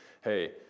Hey